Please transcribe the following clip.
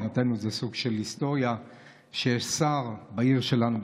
מבחינתנו זה סוג של היסטוריה שיש שר בעיר שלנו,